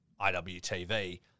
IWTV